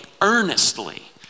earnestly